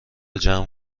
جمع